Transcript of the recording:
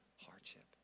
hardship